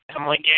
Emily